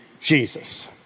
Jesus